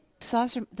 saucer